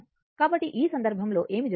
కాబట్టి ఈ సందర్భంలో ఏమి జరుగుతోంది